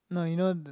no you know